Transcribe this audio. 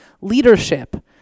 leadership